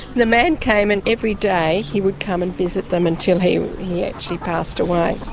the man came and every day he would come and visit them until he he actually passed away.